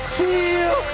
feel